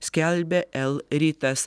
skelbia l rytas